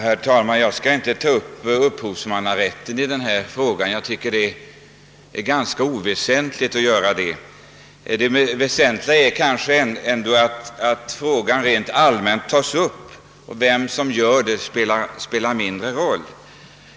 Herr talman! Jag skall inte diskutera upphovsrätten då det gäller denna fråga, ty jag anser att den är oväsentlig i detta sammanhang. Viktigast är ändå att frågan rent allmänt tas upp, vem som gör det spelar mindre roll.